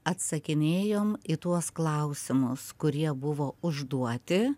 atsakinėjom į tuos klausimus kurie buvo užduoti